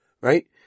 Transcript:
right